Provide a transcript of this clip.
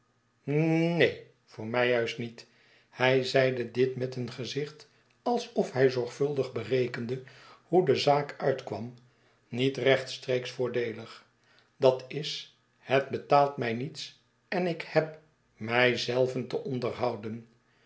neen voor mij juist niet hij zeide dit met een gezicht alsof hij zorgvuldig berekende hoe de zaak uitkwam niet rechtstreeks voordeelig dat is het betaalt mij niets en ik heb mij zelven te onderhouden